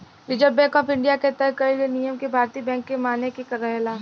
reserve bank of India के तय कईल नियम के भारतीय बैंक के माने के रहेला